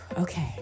Okay